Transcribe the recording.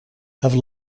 have